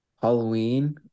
Halloween